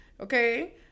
Okay